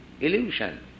illusion